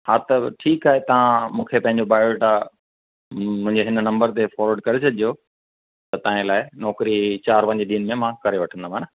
हा त ठीकु आहे तव्हां मूंखे पंहिंजो बायोडेटा मुंहिंजे हिन नम्बर ते फ़ॉर्वर्ड करे छॾिजो त तव्हांजे लाइ नौकिरी चारि पंज ॾींहनि में मां करे वठंदमि हान